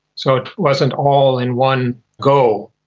so it wasn't all in one go,